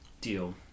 deal